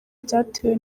byatewe